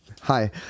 Hi